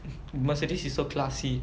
mercedes is so classy